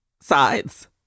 sides